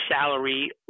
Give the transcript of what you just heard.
salary